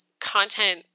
content